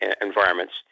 environments